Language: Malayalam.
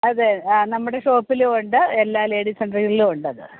അതെ ആ നമ്മുടെ ഷോപ്പിലുമുണ്ട് എല്ലാ ലേഡീസ് സെൻ്ററുകളിലുമുണ്ടത്